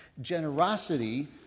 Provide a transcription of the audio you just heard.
generosity